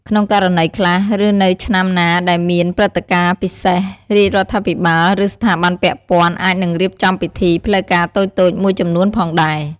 ក្នុងករណីខ្លះ ឬនៅឆ្នាំណាដែលមានព្រឹត្តិការណ៍ពិសេស រាជរដ្ឋាភិបាល ឬស្ថាប័នពាក់ព័ន្ធអាចនឹងរៀបចំពិធីផ្លូវការតូចៗមួយចំនួនផងដែរ។